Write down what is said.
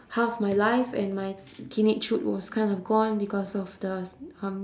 half my life and my teenagehood was kind of gone because of the um